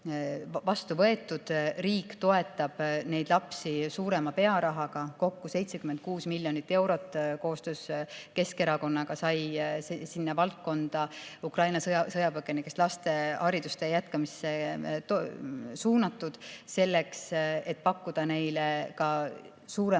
vastu võetud. Riik toetab neid lapsi suurema pearahaga, kokku 76 miljonit eurot koostöös Keskerakonnaga sai sinna valdkonda, Ukraina sõjapõgenikest laste haridustee jätkamisse suunatud selleks, et pakkuda neile ka [rohkem]